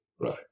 Right